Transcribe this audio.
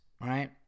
right